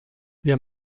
wir